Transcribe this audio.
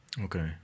Okay